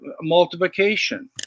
multiplication